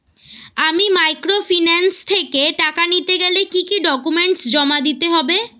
আমি মাইক্রোফিন্যান্স থেকে টাকা নিতে গেলে কি কি ডকুমেন্টস জমা দিতে হবে?